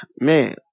man